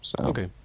Okay